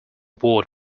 board